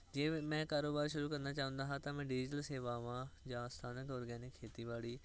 ਜੇ ਮੈਂ ਕਾਰੋਬਾਰ ਸ਼ੁਰੂ ਕਰਨਾ ਚਾਹੁੰਦਾ ਹਾਂ ਤਾਂ ਮੈਂ ਡਿਜੀਟਲ ਸੇਵਾਵਾਂ ਜਾਂ ਸਥਾਨਕ ਔਰਗੈਨਿਕ ਖੇਤੀਬਾੜੀ